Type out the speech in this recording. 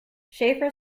shaffer